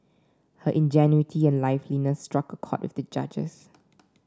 her ingenuity and liveliness struck a chord with the judges